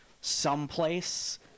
someplace